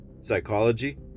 psychology